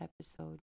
episode